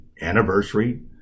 anniversary